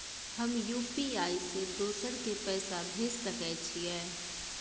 हम यु.पी.आई से दोसर के पैसा भेज सके छीयै?